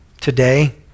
Today